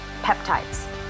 peptides